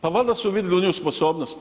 Pa valjda su vidli u nju sposobnost.